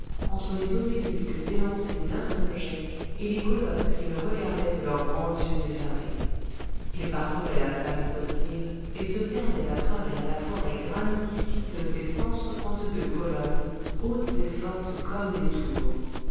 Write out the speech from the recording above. entre les obélisques élancés d'un seul jet et les colosses qui le regardaient de leurs grands yeux effarés il parcourait la salle hypostyle et se perdait à travers la forêt granitique de ses cent soixante-deux colonnes hautes et fortes comme des tours